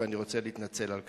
ואני רוצה להתנצל על כך.